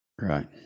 Right